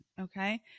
okay